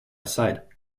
side